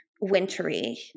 wintry